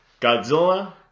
Godzilla